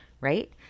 right